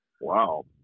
Wow